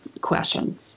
question